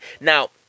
Now